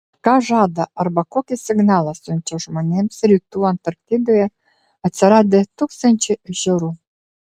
ką žada arba kokį signalą siunčia žmonėms rytų antarktidoje atsiradę tūkstančiai ežerų